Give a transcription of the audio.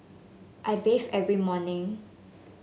I bathe every morning